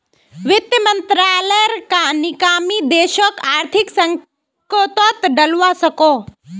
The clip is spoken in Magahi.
वित मंत्रालायेर नाकामी देशोक आर्थिक संकतोत डलवा सकोह